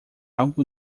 algo